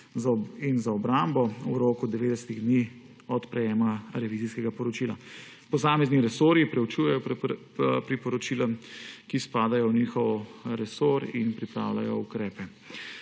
in za obrambo v roku 90 dni od prejema revizijskega poročila. Posamezni resorju preučujejo priporočila, ki spadajo v njihov resor in pripravljajo ukrepe.